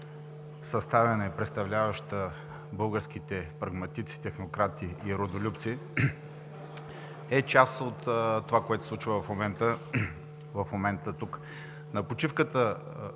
съставена и представляваща българските прагматици, технократи и родолюбци, е част от това, което се случва в момента тук.